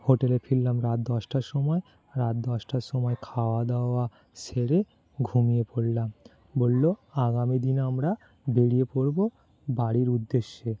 হোটেলে ফিরলাম রাত দশটার সময় রাত দশটার সময় খাওয়া দাওয়া সেরে ঘুমিয়ে পড়লাম বললো আগামী দিন আমরা বেরিয়ে পড়বো বাড়ির উদ্দেশ্যে